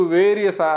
various